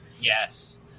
yes